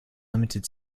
limited